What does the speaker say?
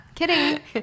kidding